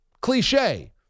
cliche